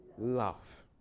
Love